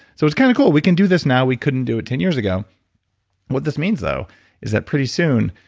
so it's kind of cool. we can do this now. we couldn't do it ten years ago what this means though is that pretty soon,